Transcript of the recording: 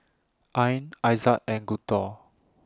Ain Aizat and Guntur